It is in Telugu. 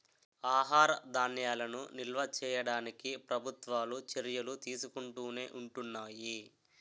ఆహార ధాన్యాలను నిల్వ చేయడానికి ప్రభుత్వాలు చర్యలు తీసుకుంటునే ఉంటున్నాయి